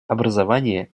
образования